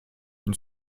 une